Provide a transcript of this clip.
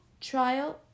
trial